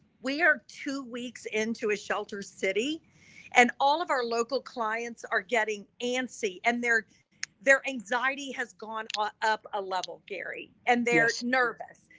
we are two weeks into a shelter city and all of our local clients are getting antsy and their anxiety has gone ah up a level gary, and they're nervous.